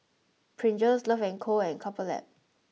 Pringles Love and Co and Couple Lab